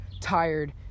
tired